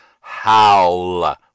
howl